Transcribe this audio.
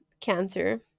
Cancer